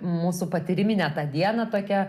mūsų patyriminę tą dieną tokią